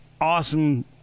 awesome